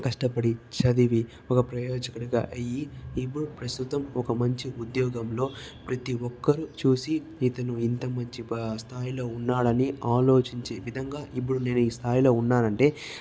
కష్టపడి చదివి ఒక ప్రయోజకుడుగా అయ్యి ఇప్పుడు ప్రస్తుతం ఒక మంచి ఉద్యోగంలో ప్రతి ఒక్కరూ చూసి ఇతను ఇంత మంచి ప స్థాయిలో ఉన్నాడు అని ఆలోచించే విధంగా ఇప్పుడు నేను ఈ స్థాయిలో ఉన్నానంటే